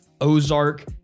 ozark